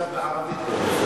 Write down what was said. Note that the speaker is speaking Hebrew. כתב בערבית.